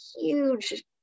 huge